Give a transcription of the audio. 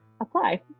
apply